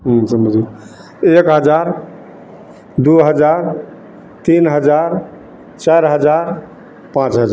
एक हजार दूइ हजार तीन हजार चारि हजार पाँच हजार